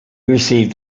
received